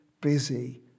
busy